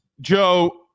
Joe